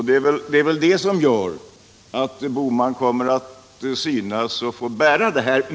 Det är väl det som gör att Gösta Bohman kommer aut synas och får bära detta.